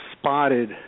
spotted